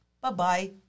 Bye-bye